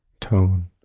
tone